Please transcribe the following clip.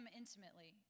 intimately